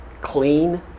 clean